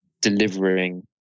Delivering